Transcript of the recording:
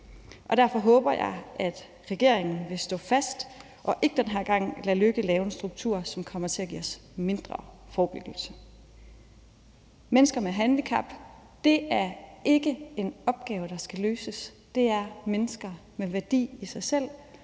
og derfor håber jeg, at regeringen vil stå fast og ikke den her gang lade hr. Lars Løkke Rasmussen lave en struktur, som kommer til at give os mindre forebyggelse. Mennesker med handicap er ikke en opgave, der skal løses; det er mennesker med værdi i sig selv,